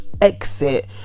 exit